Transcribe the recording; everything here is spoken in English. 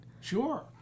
Sure